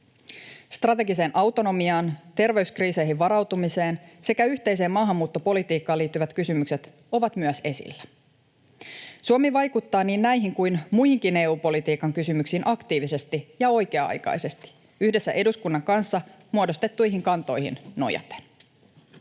Strategiseen autonomiaan, terveyskriiseihin varautumiseen sekä yhteiseen maahanmuuttopolitiikkaan liittyvät kysymykset ovat myös esillä. Suomi vaikuttaa niin näihin kuin muihinkin EU-politiikan kysymyksiin aktiivisesti ja oikea-aikaisesti yhdessä eduskunnan kanssa muodostettuihin kantoihin nojaten.